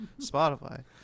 Spotify